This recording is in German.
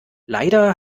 leider